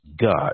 God